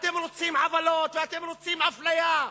אתם רוצים עוולות ואתם רוצים אפליה.